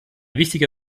wichtiger